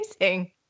amazing